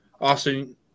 Austin